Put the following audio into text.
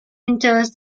enters